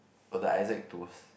for the Isaac-Toast